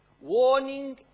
warning